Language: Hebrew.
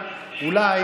הם לא יכולים.